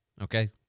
Okay